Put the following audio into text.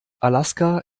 alaska